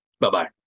Bye-bye